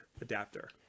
adapter